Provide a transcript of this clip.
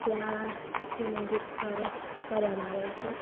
ત્યાંથી નજીક પરબ આવે છે